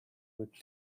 with